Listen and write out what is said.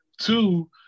Two